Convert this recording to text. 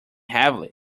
heavily